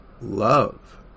love